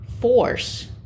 Force